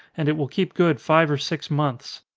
and it will keep good five or six months.